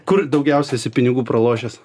kur daugiausia esi pinigų pralošęs